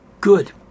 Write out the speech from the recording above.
Good